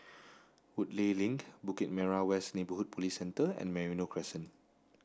Woodleigh Link Bukit Merah West Neighbourhood Police Centre and Merino Crescent